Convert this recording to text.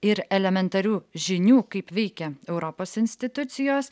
ir elementarių žinių kaip veikia europos institucijos